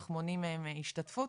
אנחנו מונעים מהם השתתפות.